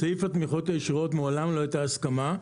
בסעיף התמיכות הישירות מעולם לא הייתה הסכמה,